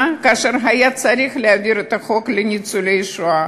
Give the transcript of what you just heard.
כאשר היה צריך להעביר את החוק לניצולי שואה.